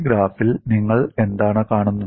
ഈ ഗ്രാഫിൽ നിങ്ങൾ എന്താണ് കാണുന്നത്